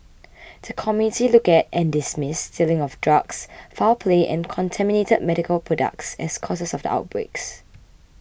the committee looked at and dismissed stealing of drugs foul play and contaminated medical products as causes of the outbreaks